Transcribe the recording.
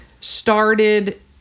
started